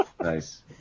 Nice